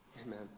Amen